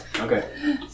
Okay